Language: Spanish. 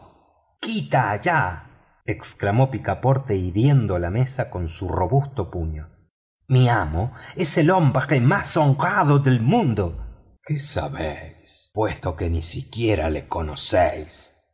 quita allá exclamó picaporte hiriendo la mesa con su robusto puño mi amo es el hombre más honrado del mundo qué sabéis puesto que ni siquiera lo conocéis